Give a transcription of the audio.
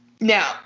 Now